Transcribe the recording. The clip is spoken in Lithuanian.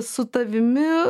su tavimi